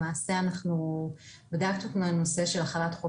למעשה אנחנו בדקנו את הנושא של החלת חוק